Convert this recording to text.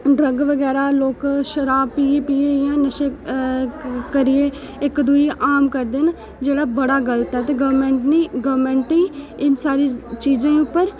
drug बगैरा लोक शराब पी पी इयां नशे करियै इक दुए गी हार्म करदे न ते जेह्ड़ा बड़ा गलत ऐ ते गवर्नमेंट नी गवर्नमेंट ई इन सारी चीजें उप्पर इक